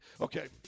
okay